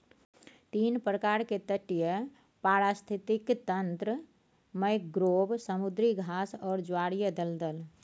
तीन प्रकार के तटीय पारिस्थितिक तंत्र मैंग्रोव, समुद्री घास आर ज्वारीय दलदल